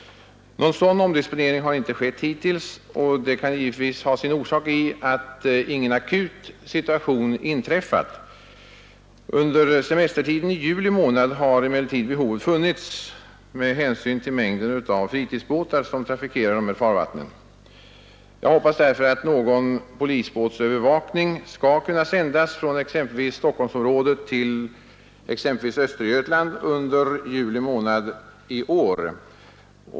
Någon sådan omdisponering har inte skett hittills, och det kan givetvis ha sin orsak i att ingen akut situation inträffat. Under semestertiden i juli månad har emellertid behov härav funnits med hänsyn till den mängd av fritidsbåtar som trafikerar dessa farvatten. Jag hoppas därför att någon polisbåtsövervakning skall kunna bedrivas genom överföring från exempelvis Stockholmsområdet till Östergötland under juli månad i år.